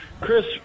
Chris